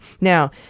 Now